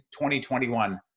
2021